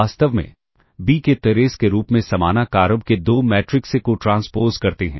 वास्तव में B के ट्रेस के रूप में समान आकार AB के दो मैट्रिक्स A को ट्रांसपोज़ करते हैं